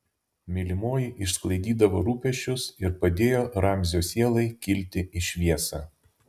mylimoji išsklaidydavo rūpesčius ir padėjo ramzio sielai kilti į šviesą